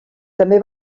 també